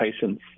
patients